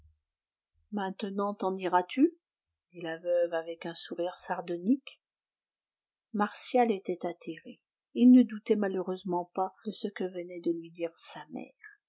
maintenant t'en iras-tu dit la veuve avec un sourire sardonique martial était atterré il ne doutait malheureusement pas de ce que venait de lui dire sa mère